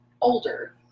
older